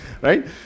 right